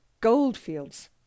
Goldfields